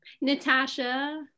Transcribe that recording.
Natasha